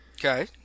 Okay